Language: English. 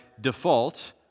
default